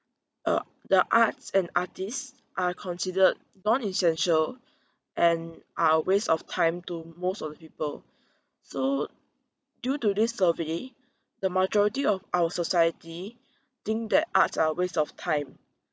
uh the arts and artists are considered non-essential and are a waste of time to most of the people so due to this survey the majority of our society think that arts are a waste of time